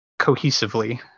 cohesively